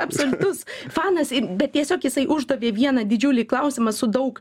absoliutus fanas i bet tiesiog jisai uždavė vieną didžiulį klausimą su daug